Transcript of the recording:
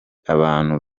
abantu